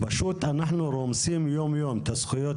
אנחנו פשוט רומסים יום-יום את הזכויות